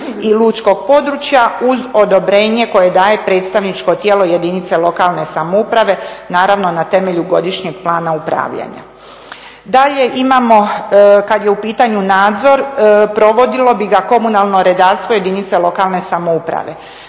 i lučkog područja, uz odobrenje koje daje predstavničko tijelo jedinice lokalne samouprave naravno na temelju godišnjeg plana upravljanja. Dalje imamo kad je u pitanju nadzor, provodilo bi ga komunalno redarstvo jedinica lokalne samouprave.